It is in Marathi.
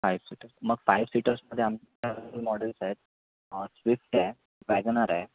फाईव्ह सीटर्स मग फाय सीटर्समध्ये आमच्या मॉडेल्स आहेत स्विफ्ट आहे वॅगनार आहे